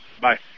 Bye